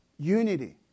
unity